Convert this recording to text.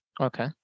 Okay